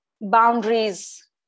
Boundaries